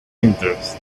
interested